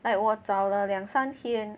like 我找了两三天